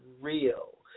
real